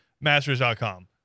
masters.com